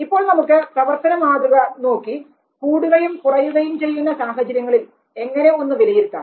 ഇപ്പോൾ നമുക്ക് പ്രവർത്തനമാതൃക നോക്കി കൂടുകയും കുറയുകയും ചെയ്യുന്ന സാഹചര്യങ്ങളിൽ എങ്ങനെ എന്ന് ഒന്ന് വിലയിരുത്താം